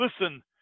Listen